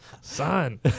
Son